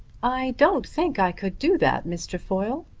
i don't think i could do that, miss trefoil.